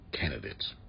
candidates